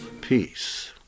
peace